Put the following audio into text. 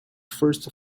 first